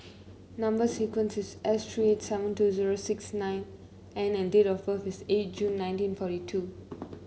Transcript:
number sequence is S three seven two zero six nine N and date of birth is eight June nineteen forty two